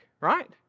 right